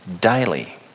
daily